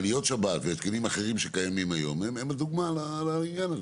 מעליות שבת והתקנים אחרים שקיימים היום הם הדוגמה לעניין הזה.